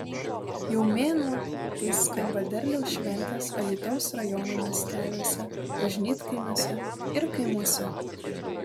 jau mėnuo kai skamba derliaus šventės alytaus rajono miesteliuose bažnytkaimiuose ir kaimuose